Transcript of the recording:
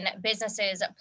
businesses